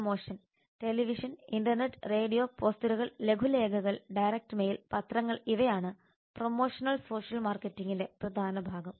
promotion television internet radio പോസ്റ്ററുകൾ ലഘുലേഖകൾ direct mail പത്രങ്ങൾ ഇവയാണ് പ്രമോഷണൽ സോഷ്യൽ മാർക്കറ്റിംഗിന്റെ പ്രധാന ഭാഗം